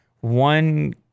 one